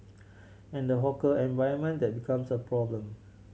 and the hawker environment that becomes a problem